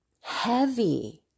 heavy